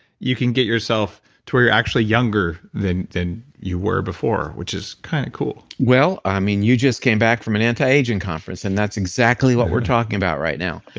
you can get yourself to where you're actually younger than than you were before, which is kinda cool. well, i mean you just came back from an anti-aging conference, and that's exactly what we're talking about right now.